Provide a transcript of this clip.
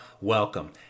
welcome